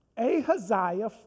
Ahaziah